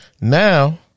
Now